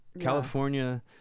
California